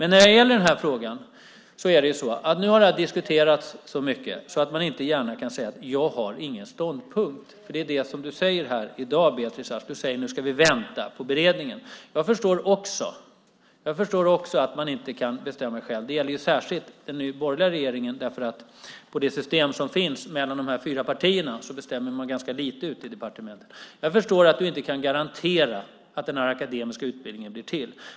Nu har den här frågan diskuterats så mycket att man inte gärna kan säga att man inte har en ståndpunkt. Det säger Beatrice Ask i dag. Hon säger att man ska vänta på beredningen. Jag förstår också att man inte kan bestämma själv. Det gäller särskilt den borgerliga regeringen. Med det system som finns mellan de fyra partierna bestämmer man lite ute i departementen. Jag förstår att hon inte kan garantera att den akademiska utbildningen ska genomföras.